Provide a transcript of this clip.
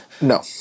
No